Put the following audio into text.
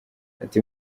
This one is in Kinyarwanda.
ati